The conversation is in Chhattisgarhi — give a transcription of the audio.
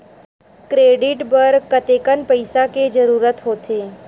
क्रेडिट बर कतेकन पईसा के जरूरत होथे?